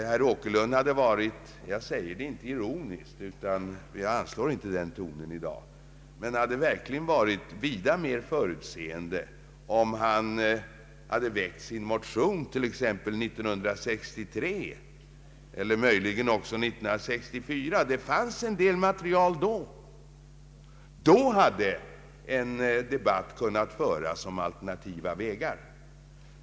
Herr Åkerlund hade varit vida mera förutseende — jag säger det inte ironiskt, ty jag anslår inte den tonen i dag — om han hade väckt sin motion 1963 eller möjligen 1964. Det fanns en del material då, och då hade en debatt kunnat föras om alternativa vägar.